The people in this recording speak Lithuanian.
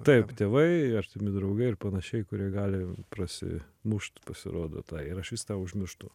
taip tėvai artimi draugai ir panašiai kurie gali prasi mušt pasirodo tą ir aš vis tą užmirštu